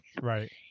Right